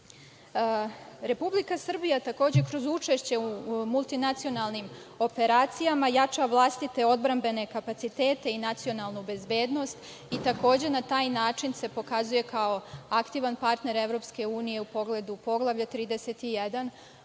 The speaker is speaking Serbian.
misijama. Republika Srbija, takođe, kroz učešće u multinacionalnim operacijama jača vlastite odbrambene kapacitete i nacionalnu bezbednost i, takođe, na taj način se pokazuje kao aktivan partner EU u pogledu Poglavlja 31